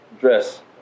dress